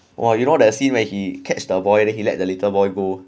!wah! you know that scene where he catch the boy then he let the little boy go